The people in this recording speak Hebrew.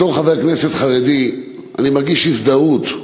בתור חבר כנסת חרדי אני מרגיש הזדהות.